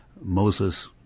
Moses